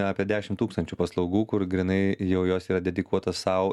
apie dešim tūkstančių paslaugų kur grynai jau jos yra dedikuotos sau